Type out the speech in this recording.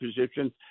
position